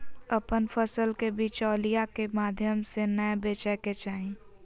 अपन फसल के बिचौलिया के माध्यम से नै बेचय के चाही